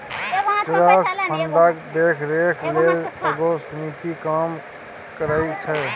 trust फंडक देखरेख लेल एगो समिति काम करइ छै